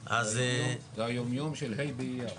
היום יום ה' באייר,